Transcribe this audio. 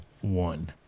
one